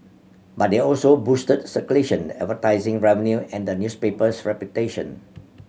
but they also boosted circulation advertising revenue and the newspaper's reputation